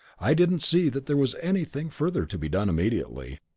i didn't see that there was anything further to be done immediately.